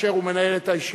כאשר הוא מנהל את הישיבה,